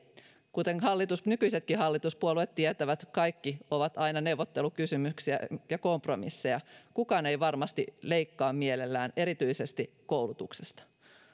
kuten nykyisetkin hallituspuolueet tietävät kaikki ovat aina neuvottelukysymyksiä ja kompromisseja kukaan ei varmasti leikkaa mielellään erityisesti koulutuksesta